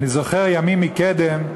אני זוכר ימים מקדם,